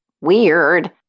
Weird